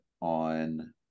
on